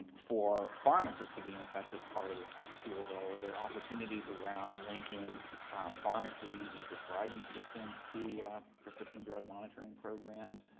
for pharmacists to be an effective part of this tool, though, are there opportunities around linking pharmacy e-prescribing systems to a prescription drug monitoring programs?